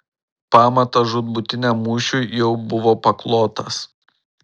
pamatas žūtbūtiniam mūšiui jau buvo paklotas